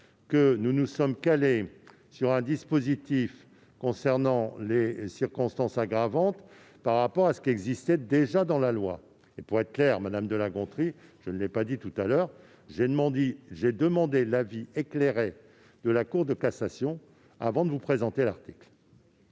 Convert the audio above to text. nous nous sommes calés sur le dispositif concernant les circonstances aggravantes, qui existe déjà dans la loi. Pour être clair, madame de La Gontrie, ce que je ne vous ai pas dit tout à l'heure, c'est que j'ai demandé l'avis éclairé de la Cour de cassation avant de vous présenter l'article.